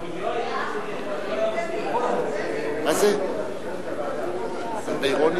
ההצעה להעביר את הנושא לוועדת העבודה,